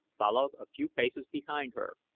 followed a few paces behind her,